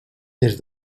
des